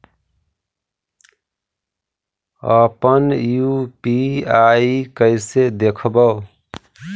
अपन यु.पी.आई कैसे देखबै?